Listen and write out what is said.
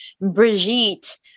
Brigitte